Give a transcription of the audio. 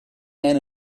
men